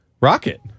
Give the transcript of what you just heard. Rocket